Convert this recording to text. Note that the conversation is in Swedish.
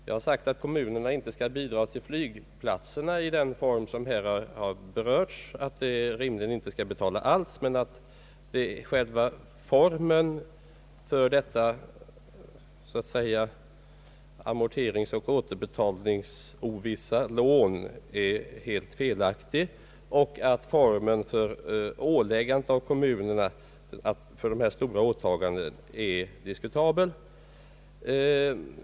Jag har sagt att kommunerna inte skall bidraga till flygplatserna i den form som här har berörts — att de rimligen inte skall betala allt — men att själva formen för dessa lån med oviss amortering och återbetalning är helt felaktig och att formen för att ålägga kommunerna dessa stora åtaganden är diskutabel.